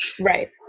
right